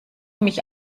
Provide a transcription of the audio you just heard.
mich